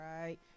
right